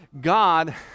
God